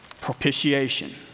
Propitiation